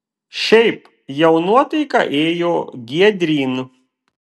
šiaip jau nuotaika ėjo giedryn